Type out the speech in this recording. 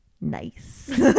nice